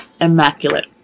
immaculate